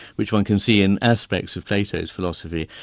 which one can see in aspects of plato's philosophy,